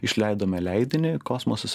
išleidome leidinį kosmosas